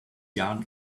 yarn